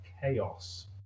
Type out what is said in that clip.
Chaos